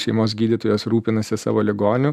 šeimos gydytojas rūpinasi savo ligoniu